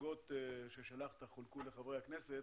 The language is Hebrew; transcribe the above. המצגות ששלחת חולקו לחברי הכנסת,